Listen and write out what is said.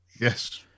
Yes